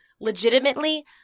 legitimately